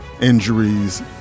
injuries